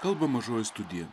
kalba mažoji studija